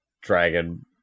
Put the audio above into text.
dragon